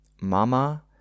Mama